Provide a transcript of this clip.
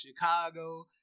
Chicago